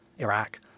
Iraq